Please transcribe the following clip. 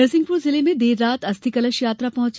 नरसिंहपुर जिले में देर रात अस्थि कलश यात्रा पहुंची